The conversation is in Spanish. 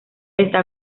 está